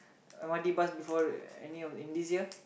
M_R_T bus before all any of in this year